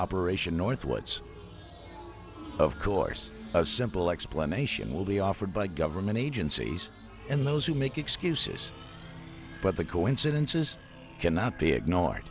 operation northwoods of course a simple explanation will be offered by government agencies and those who make excuses but the coincidences cannot be ignored